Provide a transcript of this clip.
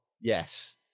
Yes